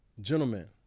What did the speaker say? gentlemen